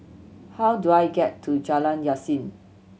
how do I get to Jalan Yasin